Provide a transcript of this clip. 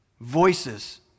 voices